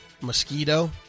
mosquito